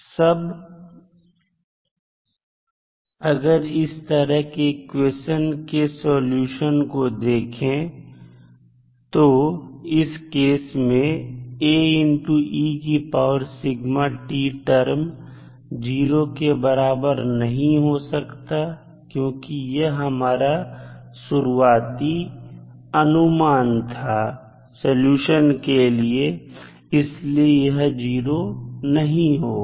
सब अगर इस तरह के इक्वेशंस के सॉल्यूशन को देखें तो इस केस में टर्म 0 के बराबर नहीं हो सकता क्योंकि यह हमारा शुरुआती अनुमान था सलूशन के लिए इसलिए यह 0 नहीं होगा